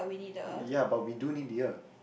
ya but we do need the earth